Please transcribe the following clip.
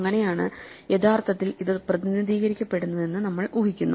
അങ്ങനെയാണ് യഥാർത്ഥത്തിൽ ഇത് പ്രതിനിധീകരിക്കപ്പെടുന്നതെന്ന് നമ്മൾ ഊഹിക്കുന്നു